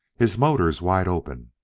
his motors wide open,